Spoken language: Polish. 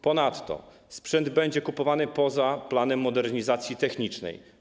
Ponadto sprzęt będzie kupowany poza planem modernizacji technicznej.